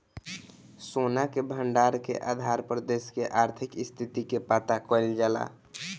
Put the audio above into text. सोना के भंडार के आधार पर देश के आर्थिक स्थिति के पता कईल जाला